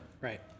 Right